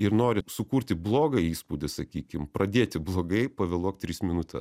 ir nori sukurti blogą įspūdį sakykim pradėti blogai pavėluok tris minutes